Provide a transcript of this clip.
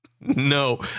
No